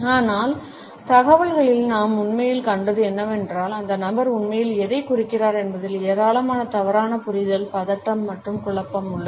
ஆனால் தகவல்களில்நாம் உண்மையில் கண்டது என்னவென்றால் அந்த நபர் உண்மையில் எதைக் குறிக்கிறார் என்பதில் ஏராளமான தவறான புரிதல் பதட்டம் மற்றும் குழப்பம் உள்ளது